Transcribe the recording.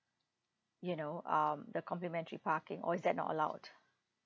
you know um the complimentary parking or is that not allowed